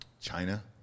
China